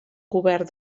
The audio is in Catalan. cobert